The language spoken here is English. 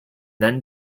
then